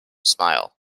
smile